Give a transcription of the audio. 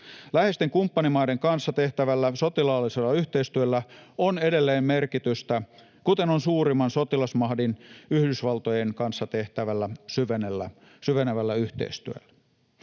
Läheisten kumppanimaiden kanssa tehtävällä sotilaallisella yhteistyöllä on edelleen merkitystä, kuten on suurimman sotilasmahdin, Yhdysvaltojen, kanssa tehtävällä syvenevällä yhteistyöllä.